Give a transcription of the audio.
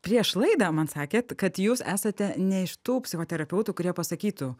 prieš laidą man sakėt kad jūs esate ne iš tų psichoterapeutų kurie pasakytų